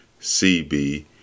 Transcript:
cb